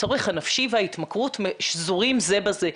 הצורך הנפשי וההתמכרות שזורים זה בזה.